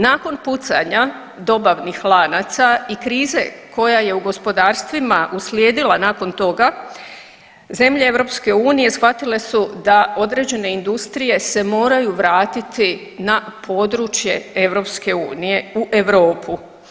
Nakon pucanja dobavnih lanaca i krize koja je u gospodarstvima uslijedila nakon toga zemlje EU shvatile su da određene industrije se moraju vratiti na područje EU u Europu.